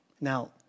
now